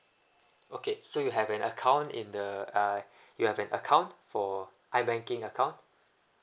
okay so you have an account in the uh like you have an account for ibanking account